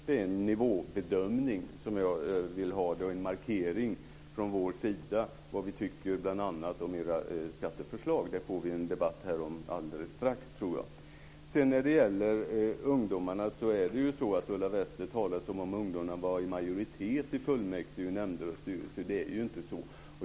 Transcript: Det är en bedömning av nivån och en markering från vår sida som visar vad vi tycker om era skatteförslag. Det ska det hållas en debatt om här alldeles strax. Ulla Wester talar som att ungdomarna vore i majoritet i fullmäktigeförsamlingar, nämnder och styrelser, men det är ju inte så.